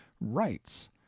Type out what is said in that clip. rights